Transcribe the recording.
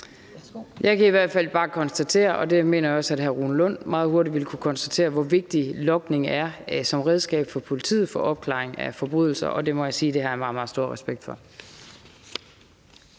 Jeg kan i hvert fald bare konstatere – og det mener jeg også at hr. Rune Lund meget hurtigt vil kunne konstatere – hvor vigtigt logning er som redskab for politiet for opklaring af forbrydelser. Og det må jeg sige at jeg har meget, meget stor respekt for.